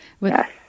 Yes